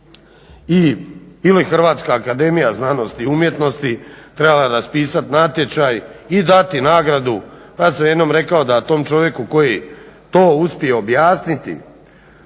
ovaj Hrvatski sabor trebao raspisati ili HAZU trebala raspisati natječaj i dati nagradu. Ja sam jednom rekao da tom čovjeku koji to uspije objasniti